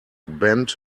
bent